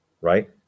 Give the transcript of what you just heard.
right